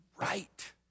right